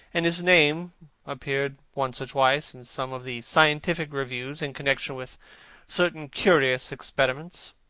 and his name appeared once or twice in some of the scientific reviews in connection with certain curious experiments.